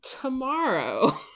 tomorrow